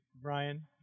Brian